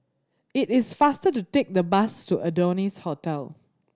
it is faster to take the bus to Adonis Hotel